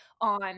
on